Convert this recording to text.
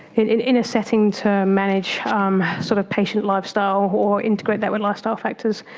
in in a setting to manage um sort of patient lifestyle or integrate that with lifestyle factors.